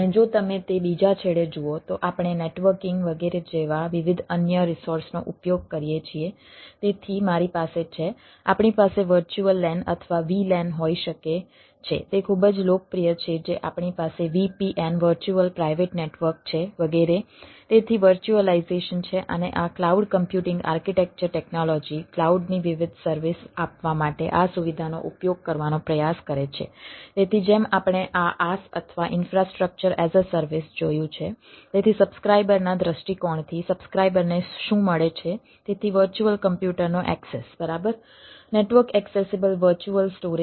અને જો તમે તે બીજા છેડે જુઓ તો આપણે નેટવર્કીંગ વગેરે